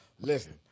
Listen